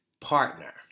partner